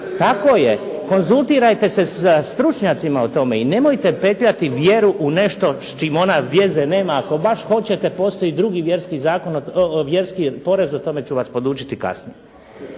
istina konzultirajte se sa stručnjacima o tome i nemojte petljati vjeru u nešto s čim ona veze nema, ako baš hoćete postoji drugi vjerski porez o tome ću vas podučiti kasnije.